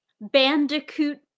Bandicoot